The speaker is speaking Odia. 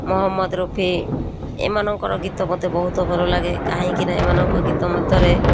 ମହମ୍ମଦ ରଫି ଏମାନଙ୍କର ଗୀତ ମୋତେ ବହୁତ ଭଲ ଲାଗେ କାହିଁକିନା ଏମାନଙ୍କ ଗୀତ ମଧ୍ୟରେ